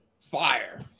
fire